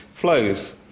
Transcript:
flows